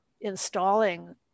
installing